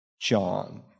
John